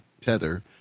Tether